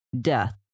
death